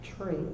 tree